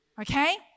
okay